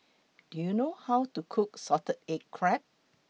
Do YOU know How to Cook Salted Egg Crab